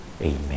Amen